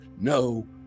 no